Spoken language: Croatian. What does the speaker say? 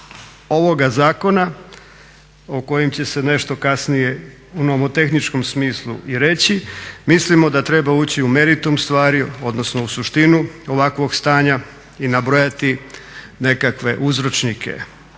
ovoga zakona o kojem će se nešto kasnije u nomotehničkom smislu i reći mislimo da treba ući u meritum stvari, odnosno u suštinu ovakvog stanja i nabrojati nekakve uzročnike.